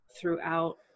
throughout